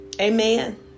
Amen